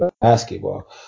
basketball